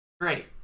Great